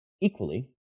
equally